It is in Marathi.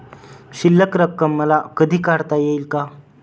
शिल्लक रक्कम मला कधी काढता येईल का?